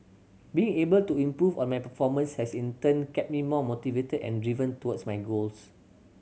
being able to improve on my performance has in turn kept me more motivated and driven towards my goals